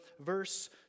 verse